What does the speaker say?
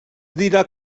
dira